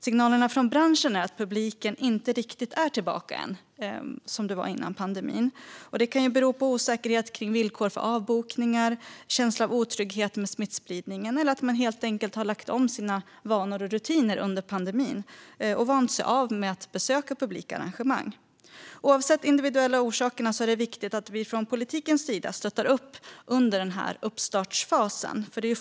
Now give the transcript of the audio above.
Signalerna från branschen är att publiken inte riktigt har kommit tillbaka än, till som det var före pandemin. Det kan bero på osäkerhet kring villkor för avbokningar, på en känsla av otrygghet med smittspridningen eller på att man helt enkelt har lagt om sina rutiner under pandemin; man har vant sig av med att besöka publika arrangemang. Oavsett individuella orsaker är det viktigt att politiken stöttar upp i den här uppstartsfasen.